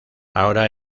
ahora